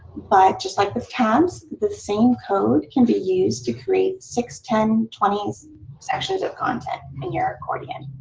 but just like with tabs the same code can be used to create six, ten, twenty sections of content in your accordion.